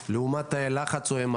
לעומת תאי לחץ או MRI